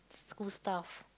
school stuff